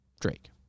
Drake